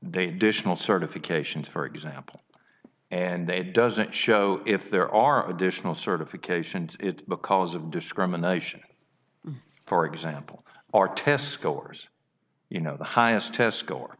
dismantle certifications for example and they doesn't show if there are additional certifications because of discrimination for example our test scores you know the highest test score